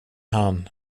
han